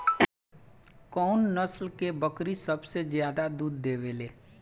कउन नस्ल के बकरी सबसे ज्यादा दूध देवे लें?